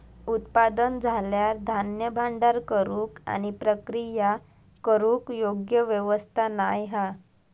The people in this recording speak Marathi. उत्पादन झाल्यार धान्य भांडार करूक आणि प्रक्रिया करूक योग्य व्यवस्था नाय हा